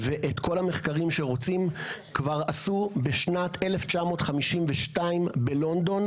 ואת כל המחקרים שרוצים כבר עשו בשנת 1952 בלונדון,